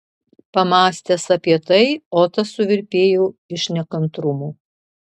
pamąstęs apie tai otas suvirpėjo iš nekantrumo